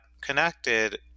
connected